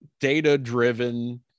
data-driven